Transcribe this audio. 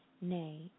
Nay